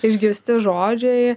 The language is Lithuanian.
išgirsti žodžiai